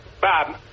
Bob